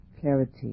clarity